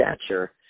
stature